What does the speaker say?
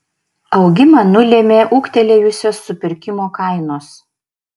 augimą nulėmė ūgtelėjusios supirkimo kainos